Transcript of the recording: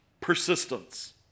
persistence